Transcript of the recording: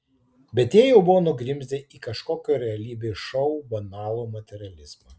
bet jie jau buvo nugrimzdę į kažkokio realybės šou banalų materializmą